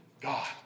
God